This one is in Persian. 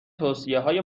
توصیههای